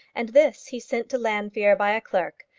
and this he sent to llanfeare by a clerk,